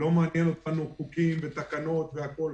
לא מעניין אותנו חוקים ותקנות וכו'.